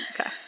Okay